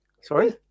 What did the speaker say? Sorry